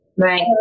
right